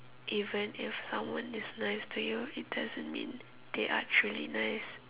even if someone is nice to you it doesn't mean they are truly nice